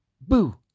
Boo